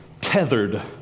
tethered